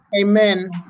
amen